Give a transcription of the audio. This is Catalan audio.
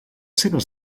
seves